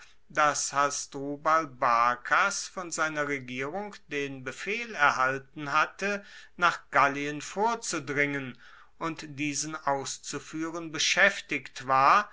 dass hasdrubal barkas von seiner regierung den befehl erhalten hatte nach gallien vorzudringen und diesen auszufuehren beschaeftigt war